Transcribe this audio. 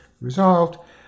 resolved